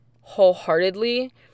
wholeheartedly